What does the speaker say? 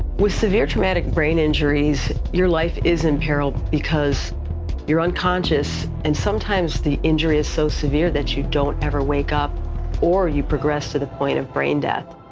with severe traumatic brain injuries, your life is in peril because you're unconscious, and sometimes the injury is so severe that you don't ever wake up or you progress to the point of brain death.